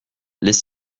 les